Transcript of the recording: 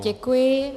Děkuji.